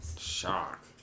shock